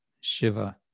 Shiva